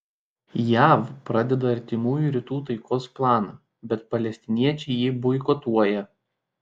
jav pradeda artimųjų rytų taikos planą bet palestiniečiai jį boikotuoja